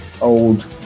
old